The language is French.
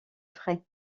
frais